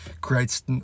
creates